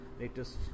latest